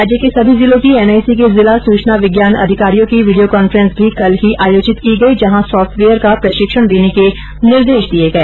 राज्य के सभी जिलों की एनआईसी के जिला सूचना विज्ञान अधिकारियों डीआईओ की वीडियो कान्फ्रेंस भी कल ही आयोजित की गई जहां सॉफ्टवेयर का प्रशिक्षण देने के निर्देश दिए गए